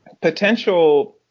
potential